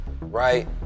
right